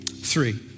Three